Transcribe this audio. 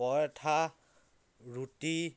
পৰঠা ৰুটি